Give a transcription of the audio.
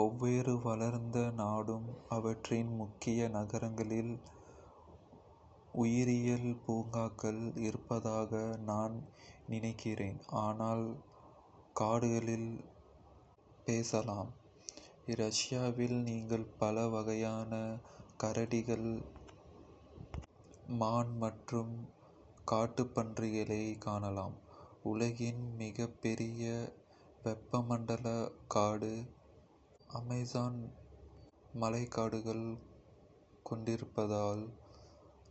ஒவ்வொரு வளர்ந்த நாடும் அவற்றின் முக்கிய நகரங்களில் உயிரியல் பூங்காக்கள் இருப்பதாக நான் நினைக்கிறேன், ஆனால் காடுகளில் பேசலாம். ரஷ்யாவில் நீங்கள் பல வகையான கரடிகள், எல்க், மான் மற்றும் காட்டுப்பன்றிகளைக் காணலாம். உலகின் மிகப்பெரிய வெப்பமண்டல காடு - அமேசான் மழைக்காடுகளைக் கொண்டிருப்பதால்,